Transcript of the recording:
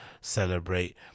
celebrate